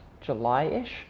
July-ish